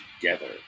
together